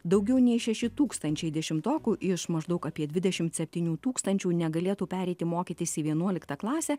daugiau nei šeši tūkstančiai dešimtokų iš maždaug apie dvidešimt septynių tūkstančių negalėtų pereiti mokytis į vienuoliktą klasę